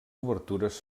obertures